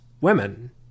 women